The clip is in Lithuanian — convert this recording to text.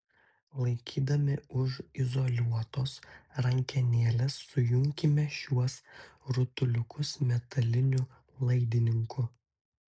laikydami už izoliuotos rankenėlės sujunkime šiuos rutuliukus metaliniu laidininku